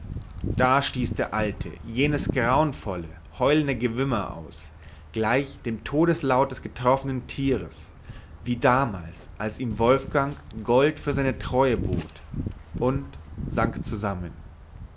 da stieß der alte jenes grauenvolle heulende gewimmer aus gleich dem todeslaut des getroffenen tiers wie damals als ihm wolfgang gold für seine treue bot und sank zusammen